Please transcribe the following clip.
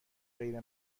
غیر